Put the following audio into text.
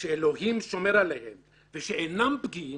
שאלוהים שומר עליהם ושאינם פגיעים,